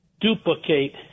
duplicate